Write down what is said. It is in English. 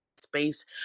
space